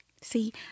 See